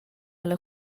alla